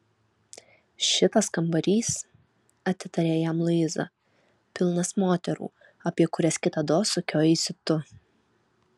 šitas kambarys atitarė jam luiza pilnas moterų apie kurias kitados sukiojaisi tu